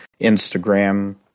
Instagram